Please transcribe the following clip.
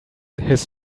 his